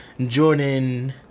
Jordan